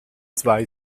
zwei